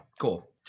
Cool